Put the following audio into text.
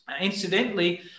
incidentally